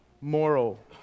moral